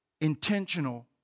intentional